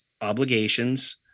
obligations